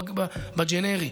בג'נרי,